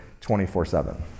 24-7